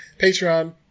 Patreon